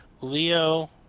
Leo